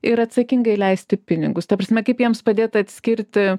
ir atsakingai leisti pinigus ta prasme kaip jiems padėt atskirti